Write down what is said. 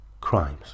crimes